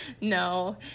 No